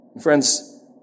Friends